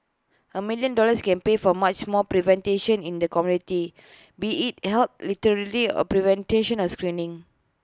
A million dollars can pay for much more prevention in the community be IT in health literacy or prevention or screening